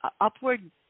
upward